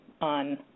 on